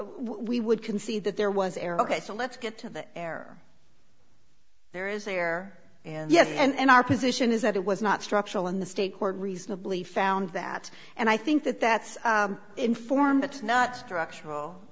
we would concede that there was air ok so let's get to the air there is there and yes and our position is that it was not structural in the state court reasonably found that and i think that that's informed it's not structural